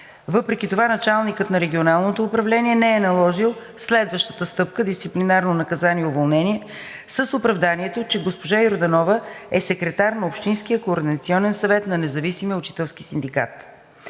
въпреки това началникът на Регионалното управление не е наложил следващата стъпка „дисциплинарно наказание“ и „уволнение“ с оправданието, че госпожа Йорданова е секретар на Общинския координационен съвет на Независимия учителски синдикат.